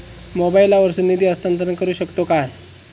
मोबाईला वर्सून निधी हस्तांतरण करू शकतो काय?